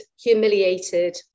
humiliated